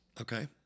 Okay